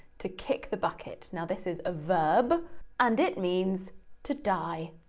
to kick the bucket. now this is a verb and it means to die.